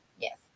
Yes